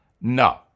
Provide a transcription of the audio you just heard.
No